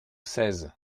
seize